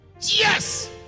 yes